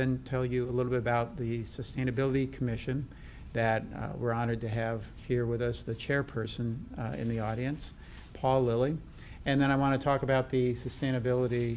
then tell you a little bit about the sustainability commission that we're honored to have here with us the chairperson in the audience pauly and then i want to talk about the sustainability